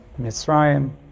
Mitzrayim